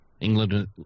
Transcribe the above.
England